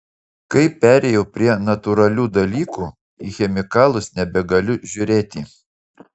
kai perėjau prie natūralių dalykų į chemikalus nebegaliu žiūrėti